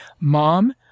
Mom